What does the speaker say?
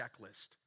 checklist